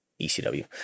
ECW